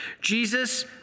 Jesus